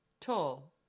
Tall